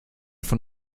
von